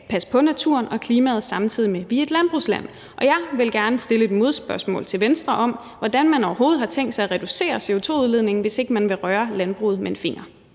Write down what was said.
passe på naturen og klimaet, samtidig med at vi er et landbrugsland. Og jeg vil gerne stille et modspørgsmål til Venstre, nemlig hvordan man overhovedet har tænkt sig at reducere CO2-udledningen, hvis ikke man vil røre landbruget med en finger.